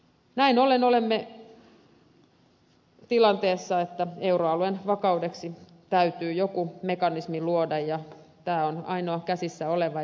näin ollen olemme tilanteessa että euroalueen vakaudeksi täytyy joku mekanismi luoda ja tämä on ainoa käsissä oleva